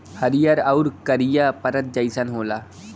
हरिहर आउर करिया परत जइसन होला